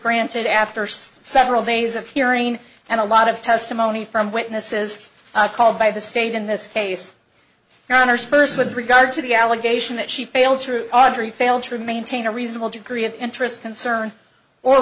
granted after several days of hearing and a lot of testimony from witnesses called by the state in this case your honour's first with regard to the allegation that she failed through our very failed to maintain a reasonable degree of interest concern or